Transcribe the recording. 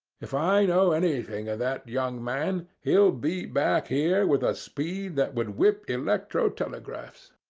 if i know anything o' that young man, he'll be back here with a speed that would whip electro-telegraphs.